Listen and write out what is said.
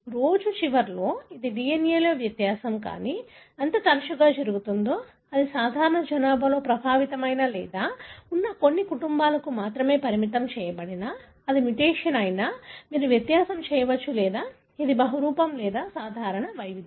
రోజు చివరిలో ఇది DNA లో వ్యత్యాసం కానీ అది ఎంత తరచుగా జరుగుతుందో అది సాధారణ జనాభాలో ప్రభావితమైన లేదా ఉన్న కొన్ని కుటుంబాలకు మాత్రమే పరిమితం చేయబడినా అది మ్యుటేషన్ అయినా మీరు వ్యత్యాసం చేయవచ్చు లేదా ఇది బహురూపం లేదా సాధారణ వైవిధ్యం